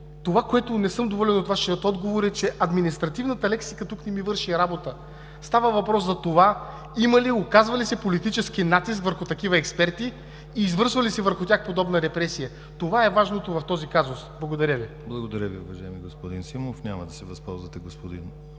това, от което не съм доволен от Вашия отговор, е, че административната лексика тук не ми върши работа. Става въпрос за това има ли, оказва ли се политически натиск върху такива експерти и извършва ли се върху тях подобна репресия? Това е важното в този казус. Благодаря Ви. ПРЕДСЕДАТЕЛ ДИМИТЪР ГЛАВЧЕВ: Благодаря Ви, уважаеми господин Симов. Няма да се възползвате, господин